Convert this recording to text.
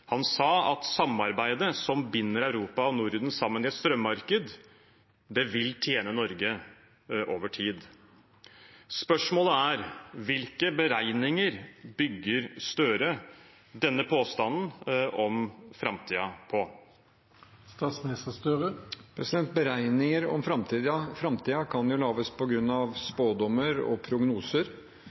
samarbeidet som binder Europa og Norden sammen i et strømmarked, vil tjene Norge over tid. Spørsmålet er: Hvilke beregninger bygger Støre denne påstanden om framtiden på? Beregninger om framtiden kan lages på grunn av spådommer og prognoser.